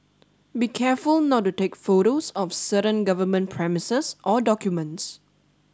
be careful not to take photos of certain government premises or documents